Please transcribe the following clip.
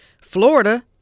Florida